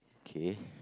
okay